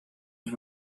and